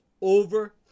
over